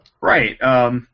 Right